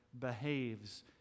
behaves